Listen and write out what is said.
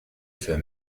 für